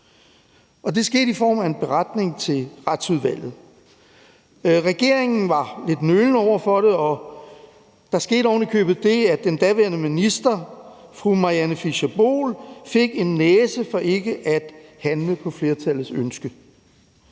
Det skete i form af en beretning i Retsudvalget. Regeringen var lidt nølende over for det, og der skete ovenikøbet det, at den daværende minister, som hed Mariann Fischer Boel, fik en næse for ikke at handle på flertallets ønske.